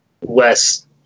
less